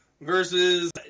versus